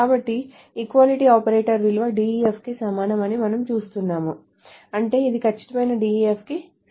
కాబట్టి ఈ equality operator విలువ DEF కి సమానమని మనము చూస్తున్నాము అంటే ఇది ఖచ్చితంగా DEF కి సరిపోతుంది